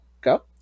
go